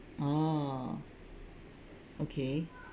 oh okay